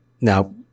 Now